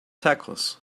tacos